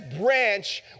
branch